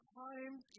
times